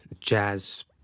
jazz